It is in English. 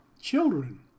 Children